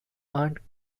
aunt